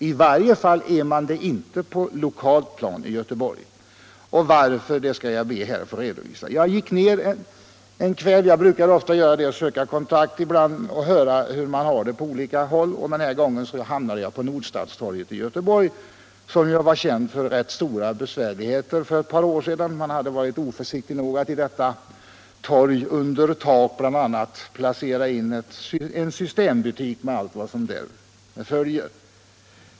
I varje fall är polisen det inte på lokalt plan i Göteborg, och skälet till det skall jag be att få redovisa. Jag gick ner i staden en kväll — jag brukar ofta gör det för att söka kontakt och höra hur man har det på olika håll — och den här gången hamnade jag på Nordstadstorget, som ju varit känt för rätt stora besvärligheter för ett par år sedan. Man hade nämligen varit oförsiktig nog att vid detta torg under tak placera en systembutik med allt vad därav följer.